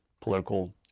political